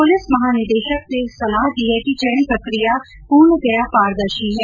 police महानिदेशक से सलाह दी है कि चयन प्रकिया पूर्णतया पारदर्शी है